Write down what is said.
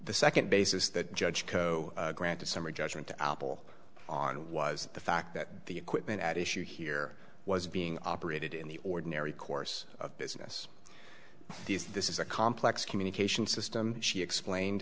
the second basis that judge co granted summary judgment to apple on was the fact that the equipment at issue here was being operated in the ordinary course of business these this is a complex communication system she explained